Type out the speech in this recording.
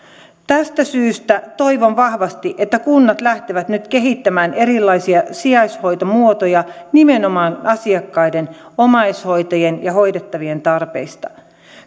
tästä syystä toivon vahvasti että kunnat lähtevät nyt kehittämään erilaisia sijaishoitomuotoja nimenomaan asiakkaiden omaishoitajien ja hoidettavien tarpeista